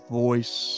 voice